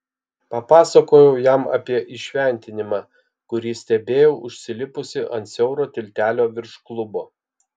papasakojau jam apie įšventinimą kurį stebėjau užsilipusi ant siauro tiltelio virš klubo